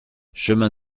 chemin